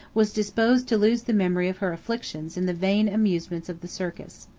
was disposed to lose the memory of her afflictions in the vain amusements of the circus.